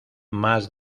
más